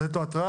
לתת לו התראה,